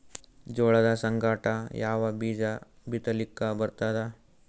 ಜೋಳದ ಸಂಗಾಟ ಯಾವ ಬೀಜಾ ಬಿತಲಿಕ್ಕ ಬರ್ತಾದ?